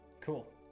Cool